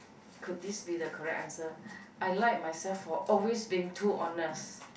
could this be the correct answer I like myself for always being too honest